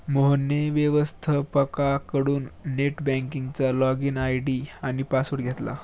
मोहनने व्यवस्थपकाकडून नेट बँकिंगचा लॉगइन आय.डी आणि पासवर्ड घेतला